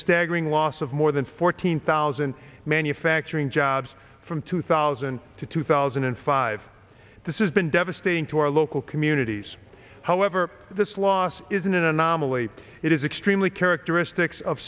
staggering loss of more than fourteen thousand manufacturing jobs from two thousand to two thousand and five this is been devastating to our local communities however this loss is an anomaly it is extremely characteristics of